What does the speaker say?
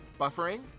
Buffering